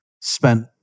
spent